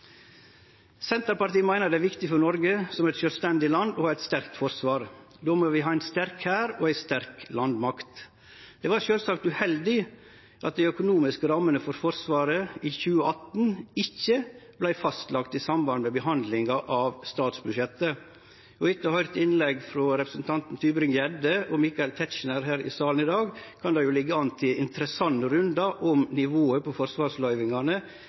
Senterpartiet meiner det er viktig for Noreg som eit sjølvstendig land å ha eit sterkt forsvar. Då må vi ha ein sterk hær og ei sterk landmakt. Det var sjølvsagt uheldig at dei økonomiske rammene for Forsvaret i 2018 ikkje vart fastlagde i samband med behandlinga av statsbudsjettet. Etter å ha høyrt innlegg frå representantane Tybring-Gjedde og Michael Tetzschner her i salen i dag kan det jo liggje an til interessante rundar om nivået på forsvarsløyvingane